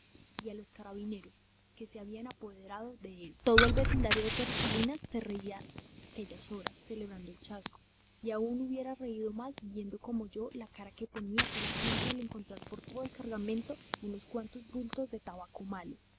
y a los carabineros que se habían apoderado de él todo el vecindario de torresalinas se reía a aquellas horas celebrando el chasco y aún hubiera reído más viendo como yo la cara que ponía aquella gente al encontrar por todo cargamento unos cuantos bultos de tabaco malo